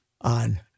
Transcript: on